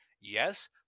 Yes